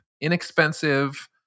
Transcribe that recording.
inexpensive